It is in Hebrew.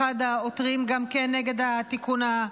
גם כן אחד העותרים נגד התיקון,